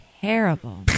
terrible